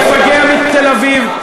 המפגע מקריית-גת, המפגע מתל-אביב.